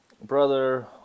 Brother